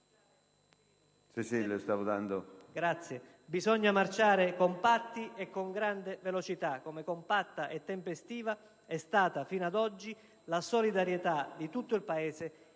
anzi bisogna marciare compatti e con grande velocità, come compatta e tempestiva è stata, fino ad oggi, la solidarietà di tutto il Paese